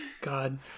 God